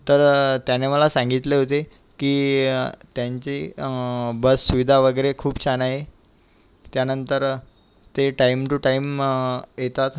तर त्याने मला सांगितले होते की त्यांचे बस सुविधा वगैरे खूप छान आहे त्यानंतर ते टाइम टू टाइम येतात